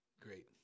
Great